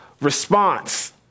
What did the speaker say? response